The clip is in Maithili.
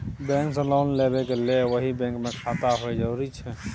बैंक से लोन लेबै के लेल वही बैंक मे खाता होय जरुरी छै?